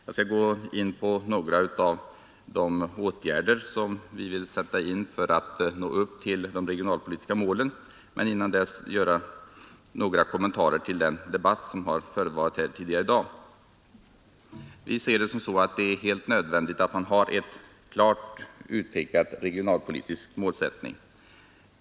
Jag skall bara gå in på några av de åtgärder vi vill sätta in för att nå de regionalpolitiska målen, men innan dess vill jag göra några kommentarer till den debatt som förevarit tidigare i dag. Vi ser det som helt nödvändigt att man har en klart uttalad regionalpolitisk målsättning.